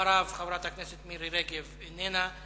אחריו, חברת הכנסת מירי רגב, איננה.